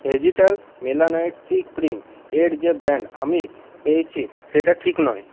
vegetal Melanite C cream এর যে brand আমি পেয়েছি সেটা ঠিক নয়